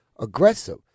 aggressive